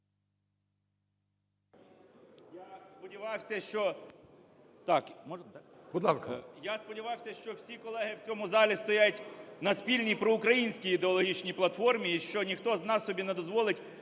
Я сподівався, що всі колеги в цьому залі стоять на спільній проукраїнській ідеологічній платформі і що ніхто з нас собі не дозволить